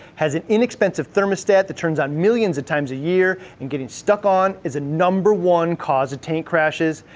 has an inexpensive thermostat that turns on millions of times a year and getting stuck on is a number one cause of tank crashes.